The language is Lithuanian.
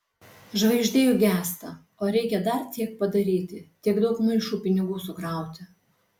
žvaigždė juk gęsta o reikia dar tiek padaryti tiek daug maišų pinigų sukrauti